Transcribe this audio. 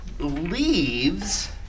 Leaves